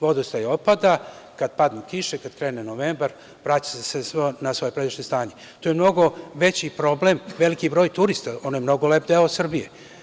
Vodostaj opada, kada padnu kiše, kada krene novembar, vraća se na svoje pređašnje strane, to je mnogo veći problem, veliki broj turista, ona je mnogo lep deo Srbije.